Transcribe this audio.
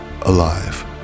alive